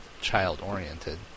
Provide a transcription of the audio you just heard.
child-oriented